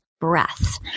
breath